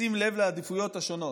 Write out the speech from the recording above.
בשים לב לעדיפויות השונות.